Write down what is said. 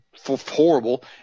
horrible